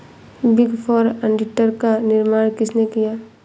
Big four auditor का निर्माण किसने किया?